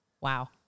wow